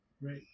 Right